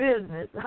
business